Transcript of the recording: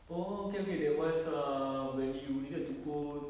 oh okay okay that was uh when you needed to go